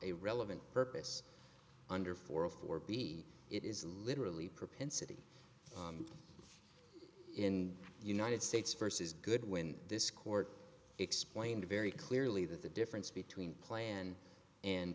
a relevant purpose under for a for b it is literally propensity in united states versus goodwin this court explained very clearly that the difference between plan and